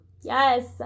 Yes